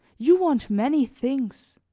you want many things,